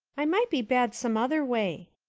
i might be bad some other way.